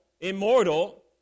immortal